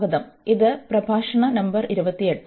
സ്വാഗതം ഇത് പ്രഭാഷണ നമ്പർ 28